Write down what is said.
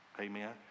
Amen